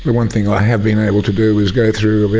one thing i have been able to do is go through